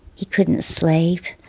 he couldn't sleep.